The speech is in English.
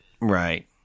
Right